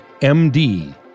MD